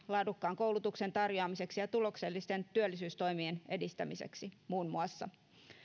laadukkaan koulutuksen tarjoamiseksi ja tuloksellisten työllisyystoimien edistämiseksi